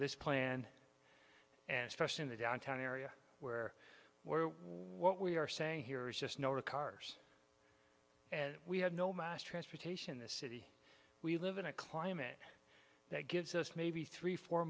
this plan and specially in the downtown area where we're what we are saying here is just no cars and we have no mass transportation the city we live in a climate that gives us maybe three four